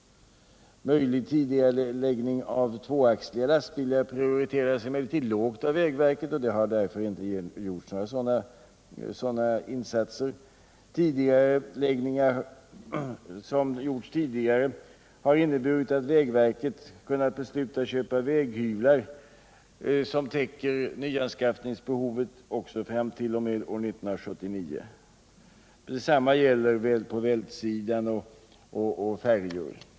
Tidigareläggning av inköp av 2-axlade lastbilar prioriteras emellertid lågt av vägverket, och därför har sådana insatser inte gjorts. Tidigareläggningar som gjorts tidigare har inneburit att vägverket kunnat besluta om köp av väghyvlar som täcker nyanskaffningsbehovet också t.o.m. 1979. Detsamma gäller i fråga om vältar och färjor.